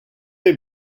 est